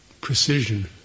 precision